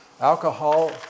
Alcohol